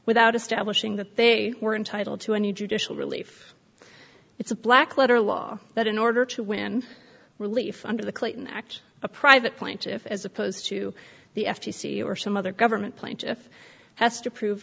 without establishing that they were entitled to any judicial relief it's a black letter law that in order to win relief under the clayton act a private plaintiffs as opposed to the f t c or some other government plaintiff has to prove